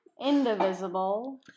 indivisible